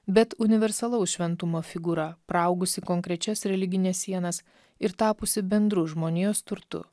bet universalaus šventumo figūra praaugusi konkrečias religines sienas ir tapusį bendru žmonijos turtu